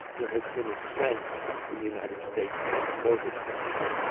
there has been a sense in the united states in the mortgage crisis,